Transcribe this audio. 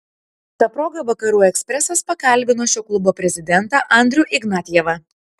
ta proga vakarų ekspresas pakalbino šio klubo prezidentą andrių ignatjevą